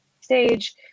stage